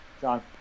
John